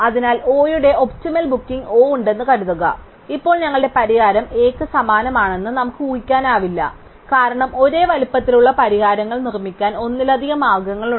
അതിനാൽ O യുടെ optimal booking O ഉണ്ടെന്ന് കരുതുക ഇപ്പോൾ ഞങ്ങളുടെ പരിഹാരം A ന് സമാനമാണെന്ന് നമുക്ക് ഉഹിക്കാനാവില്ല കാരണം ഒരേ വലുപ്പത്തിലുള്ള പരിഹാരങ്ങൾ നിർമ്മിക്കാൻ ഒന്നിലധികം മാർഗങ്ങളുണ്ട്